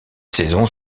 saisons